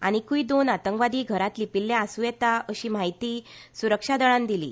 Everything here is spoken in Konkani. आनीकुय दोन आतंकवादी घरांत लिपील्लें आसुंक येता अशी म्हायती सुरक्षा दळान दिली